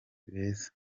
beza